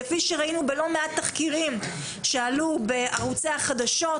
כפי שראינו בלא מעט תחקירים שעלו בערוצי החדשות,